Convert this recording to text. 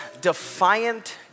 Defiant